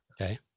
Okay